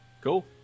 cool